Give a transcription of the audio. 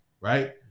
right